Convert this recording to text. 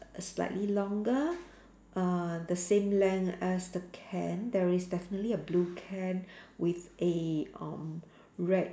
slightly longer uh the same length as the can there is definitely a blue can with a um red